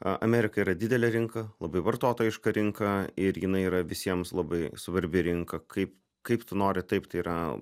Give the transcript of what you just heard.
amerika yra didelė rinka labai vartotojiška rinka ir jinai yra visiems labai svarbi rinka kaip kaip tu nori taip tai yra